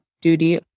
duty